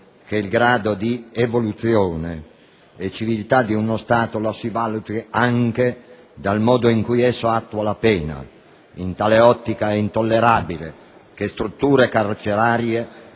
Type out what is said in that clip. che il grado di evoluzione e civiltà di uno Stato lo si valuti anche dal modo in cui esso attua la pena. In tale ottica è intollerabile che strutture carcerarie